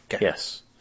Yes